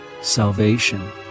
salvation